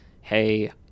hey